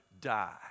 die